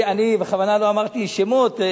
אני בכוונה לא אמרתי שמות.